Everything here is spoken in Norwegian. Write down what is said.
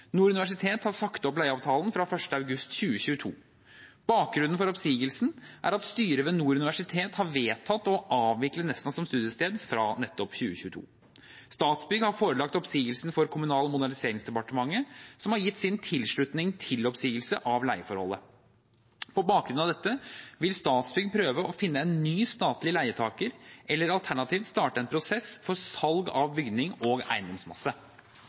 Nord universitet har sagt opp leieavtalen fra 1. august 2022. Bakgrunnen for oppsigelsen er at styret ved Nord universitet har vedtatt å avvikle Nesna som studiested fra 2022. Statsbygg har forelagt oppsigelsen for Kommunal- og moderniseringsdepartementet, som har gitt sin tilslutning til oppsigelse av leieforholdet. På bakgrunn av dette vil Statsbygg prøve å finne en ny statlig leietaker eller alternativt starte en prosess for salg av bygnings- og eiendomsmasse.